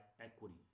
equity